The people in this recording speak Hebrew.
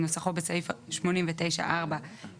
חלק משאבים אתה לא יודע להכניס,